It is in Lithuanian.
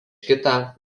kitą